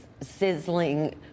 sizzling